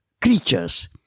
creatures